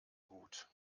gut